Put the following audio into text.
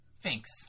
Thanks